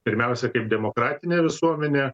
pirmiausia kaip demokratinė visuomenė